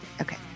Okay